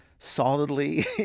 solidly